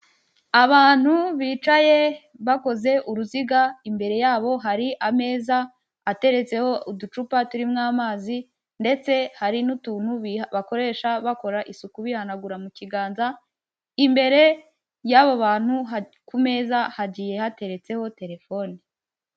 Abantu bicaye bakoze uruziga, imbere yabo hari ameza ateretseho uducupa turimo amazi ndetse hari n'utuntu bakoresha bakora isuku bihanagura mu kiganza, imbere y'abo bantu ku meza hagiye hateretseho telefone.